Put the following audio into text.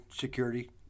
security